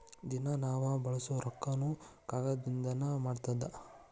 ದಿನಾ ನಾವ ಬಳಸು ರೊಕ್ಕಾನು ಕಾಗದದಿಂದನ ಮಾಡಿದ್ದ